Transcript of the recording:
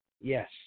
Yes